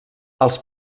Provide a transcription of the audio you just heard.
els